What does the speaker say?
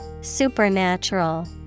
Supernatural